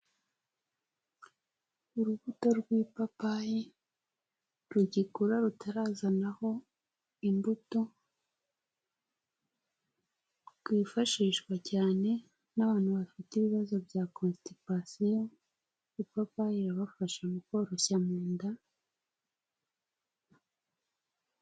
Urubuto rw'ipapayi rugikura rutarazanaho imbuto. Rwifashishwa cyane n'abantu bafite ibibazo bya kontipasiyo ipapa irafasha mu koroshya mu nda.